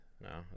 No